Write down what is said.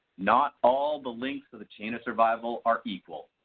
not all the links of a chain of survival are equal.